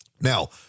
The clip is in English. Now